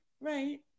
right